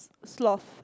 sloth